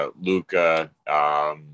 Luca